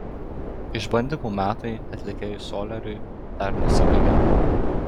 išbandymų metai atlikėjui soliariui dar nesibaigė